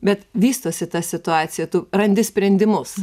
bet vystosi ta situacija tu randi sprendimus